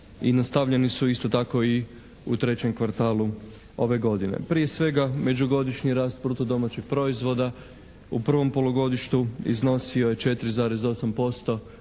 i nastavljeni su isto tako i u trećem kvartalu ove godine. Prije svega međugodišnji rast bruto domaćeg proizvoda u prvom polugodištu iznosio je 4,8%